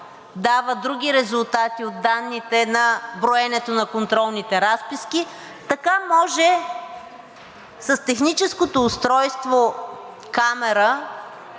дава други резултати от данните на броенето на контролните разписки, така може с техническото устройство – камера,